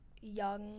young